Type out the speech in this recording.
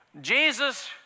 Jesus